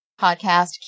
podcast